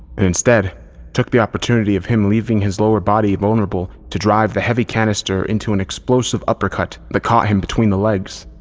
and instead took the opportunity of him leaving his lower body vulnerable to drive the heavy canister into an explosive uppercut that caught him between the legs,